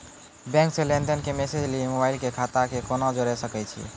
Bank से लेंन देंन के मैसेज लेली मोबाइल के खाता के केना जोड़े सकय छियै?